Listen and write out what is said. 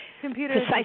computer